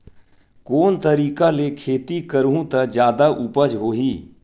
कोन तरीका ले खेती करहु त जादा उपज होही?